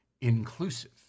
inclusive